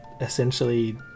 essentially